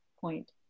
point